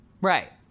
Right